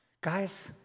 Guys